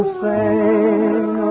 sing